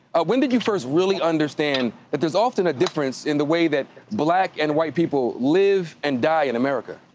ah when did you first really understand that there's often a difference in the way that black and white people live and die in america?